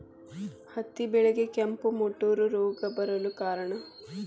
ಹತ್ತಿ ಬೆಳೆಗೆ ಕೆಂಪು ಮುಟೂರು ರೋಗ ಬರಲು ಕಾರಣ?